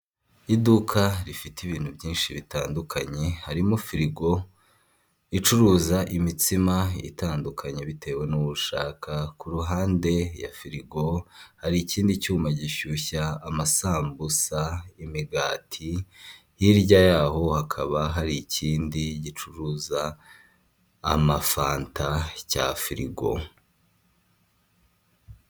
Iduka rifite ibintu byinshi bitandukanye harimo firigo icuruza imitsima itandukanye bitewe n'uwo ushaka, ku ruhande ya furigo hari ikindi cyuma gishyushya amasambusa, imigati, hirya yaho hakaba hari ikindi gicuruza amafanta cya furigo.